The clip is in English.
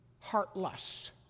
heartless